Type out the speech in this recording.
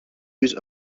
use